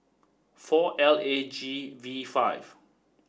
four L A G V five